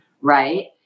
Right